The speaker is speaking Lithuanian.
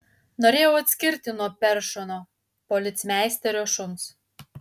norėjau atskirti nuo peršono policmeisterio šuns